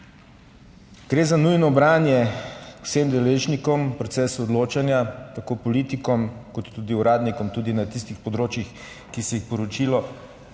Gre za nujno branje vseh deležnikov v procesu odločanja, tako politikov kot tudi uradnikov, tudi na tistih področjih, ki se jih poročilo